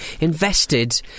invested